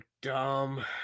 dumb